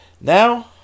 now